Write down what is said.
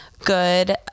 good